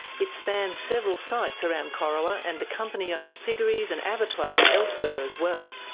it spans several sites around corowa, and the company owns piggeries and abattoirs elsewhere as well.